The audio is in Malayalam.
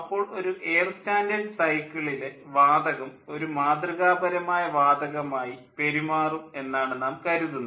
അപ്പോൾ ഒരു എയർ സ്റ്റാൻഡേർഡ് സൈക്കിളിലെ വാതകം ഒരു മാതൃകാപരമായ വാതകമായി പെരുമാറും എന്നാണ് നാം കരുതുന്നത്